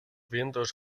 vientos